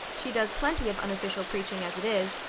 she does plenty of unofficial preaching as it is.